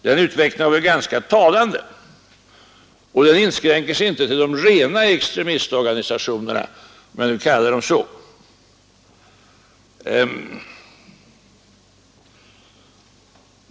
Den utvecklingen har varit ganska talande, och den inskränker sig inte till de rena extremistorganisationerna, om jag nu kallar dem så.